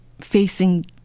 facing